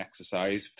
exercise